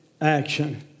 action